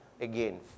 again